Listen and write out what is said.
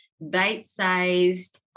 bite-sized